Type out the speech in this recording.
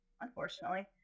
unfortunately